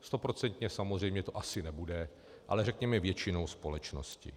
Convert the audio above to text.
Stoprocentně samozřejmě to asi nebude, ale řekněme většinou společnosti.